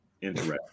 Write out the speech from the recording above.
interesting